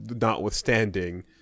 notwithstanding